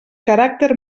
caràcter